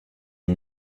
est